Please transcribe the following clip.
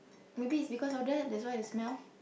maybe because of that that's why it smell